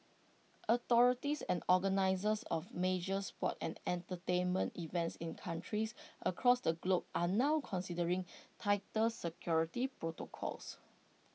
authorities and organisers of major sports and entertainment events in countries across the globe are now considering tighter security protocols